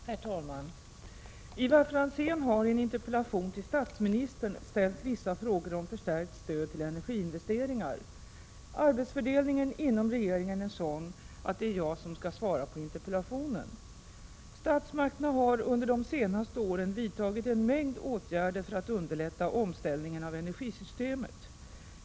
Herr talman! Ivar Franzén har i en interpellation till statsministern ställt vissa frågor om förstärkt stöd till energiinvesteringar. Arbetsfördelningen inom regeringen är sådan att det är jag som skall svara på interpellationen. Statsmakterna har under de senaste åren vidtagit en mängd åtgärder för att underlätta omställningen av energisystemet.